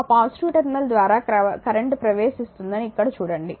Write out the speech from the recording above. ఆ positive terminal ద్వారా current ప్రవేశిస్తుందని ఇక్కడ చూడండి